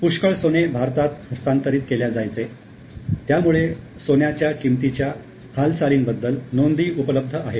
पुष्कळ सोने भारताला हस्तांतरित केलेल्या जायचे त्यामुळे सोन्याच्या किमतीच्या हालचालींबद्दल नोंदी उपलब्ध आहेत